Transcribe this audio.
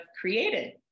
created